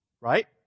right